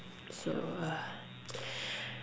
so